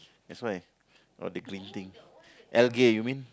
that's why got the green thing algae you mean